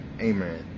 amen